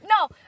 No